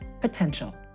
potential